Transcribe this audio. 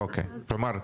כלומר,